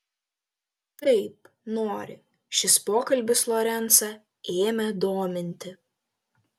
taip nori šis pokalbis lorencą ėmė dominti